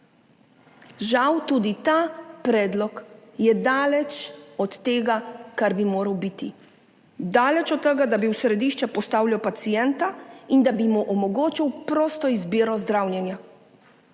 Žal je tudi ta predlog daleč od tega, kar bi moral biti. Daleč od tega, da bi v središče postavljal pacienta in da bi mu omogočil prosto izbiro zdravljenja.